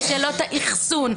את שאלות האחסון,